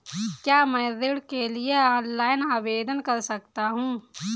क्या मैं ऋण के लिए ऑनलाइन आवेदन कर सकता हूँ?